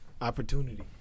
Opportunity